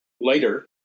later